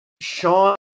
Sean